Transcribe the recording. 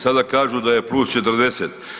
Sada kažu da je +40.